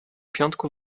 piątku